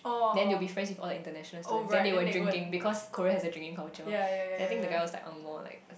then they will be friends with all the international students then they were drinking because Korea has a drinking culture then I think the guy is like angmoh like